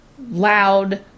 loud